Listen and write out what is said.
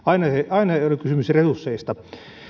aina ei ole kysymys resursseista